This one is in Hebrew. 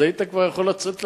היית יכול לצאת לדרך.